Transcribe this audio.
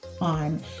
on